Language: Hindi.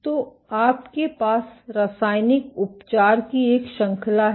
तो आपके पास रासायनिक उपचार की एक श्रृंखला है